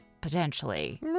potentially